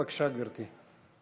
בבקשה, גברתי.